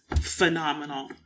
Phenomenal